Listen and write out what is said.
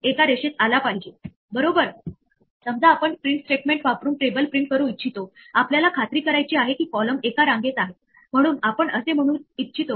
एचच्या आत कुठेतरी एखादी इंडेक्स एरर आहे आणि जिथे आपण ही लिस्ट वापरली होती उदाहरणार्थ एच मध्ये आपण तो ट्राय ब्लॉक ठेऊ शकत नाही आणि म्हणून एरर हाताळली जात नाही